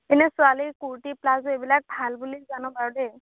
এনে ছোৱালী কুৰ্তি প্লাজো এইবিলাক ভাল বুলি জানো বাৰু দেই